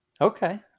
Okay